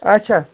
اَچھا